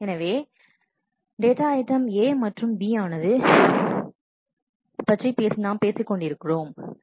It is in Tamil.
எனவே ல் உள்ள டேட்டா ஐட்டம் A மற்றும் Bஆனது என்பதைப் பற்றி நாம் பேசிக்கொண்டிருக்கிறோம் எனவே